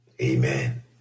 Amen